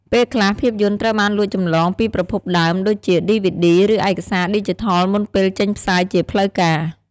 ពេលខ្លះ ភាពយន្តត្រូវបានលួចចម្លងពីប្រភពដើម ដូចជាឌីវីឌី ឬឯកសារឌីជីថលមុនពេលចេញផ្សាយជាផ្លូវការ។